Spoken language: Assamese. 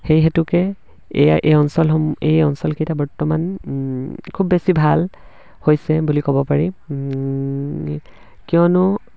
সেই হেতুকে এইয়া এই অঞ্চলসমূহ এই অঞ্চলকেইটা বৰ্তমান খুব বেছি ভাল হৈছে বুলি ক'ব পাৰি কিয়নো